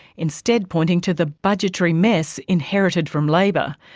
instead pointing to the budgetary mess inherited from labor.